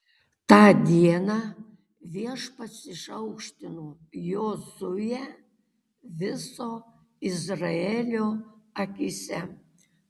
tą dieną viešpats išaukštino jozuę viso izraelio akyse